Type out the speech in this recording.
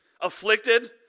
afflicted